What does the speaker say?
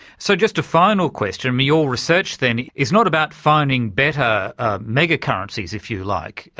so just a final question. your research then, is not about finding better mega currencies, if you like,